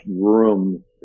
room